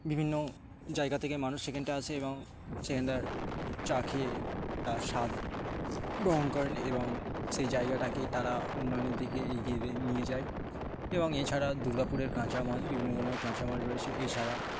বিভিন্ন জায়গা থেকে মানুষ সেখানটা আসে এবং সেখানটার চা খেয়ে তার স্বাদ গ্রহণ করেন এবং সেই জায়গাটাকে তারা উন্নয়নের দিকে এগিয়ে নিয়ে যায় এবং এছাড়া দুর্গাপুরের কাঁচামাল বিভিন্ন ধরনের কাঁচামাল রয়েছে এছাড়া